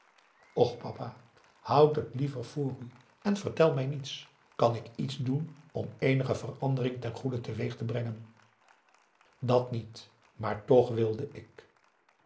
och pa houd t liever voor u en vertel mij niets kan ik iets doen om eenige verandering ten goede teweeg te brengen dat niet maar toch wilde ik